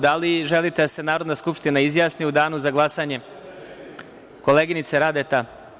Da li želite da se Narodna skupština izjasni u danu za glasanje, koleginice Radeta?